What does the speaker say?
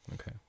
okay